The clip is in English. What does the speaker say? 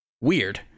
weird